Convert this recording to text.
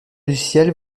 logiciels